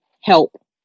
help